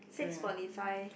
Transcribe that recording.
six forty five